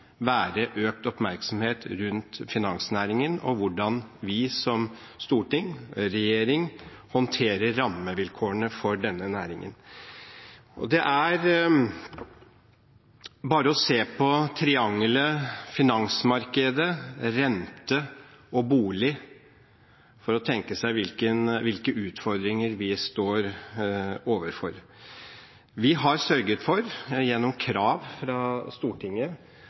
være økt oppmerksomhet rundt finansnæringen og hvordan vi som storting og regjering håndterer rammevilkårene for denne næringen. Det er bare å se på triangelet finansmarked–rente–bolig for å tenke seg hvilke utfordringer vi står overfor. Vi har sørget for gjennom krav fra Stortinget